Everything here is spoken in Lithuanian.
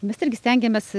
mes irgi stengiamės